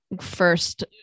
first